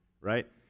right